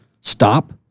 stop